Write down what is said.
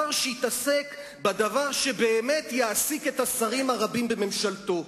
שר שיתעסק בדבר שבאמת יעסיק את השרים הרבים בממשלתו,